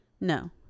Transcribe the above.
no